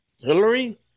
Hillary